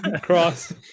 Cross